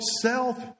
self